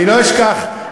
מה?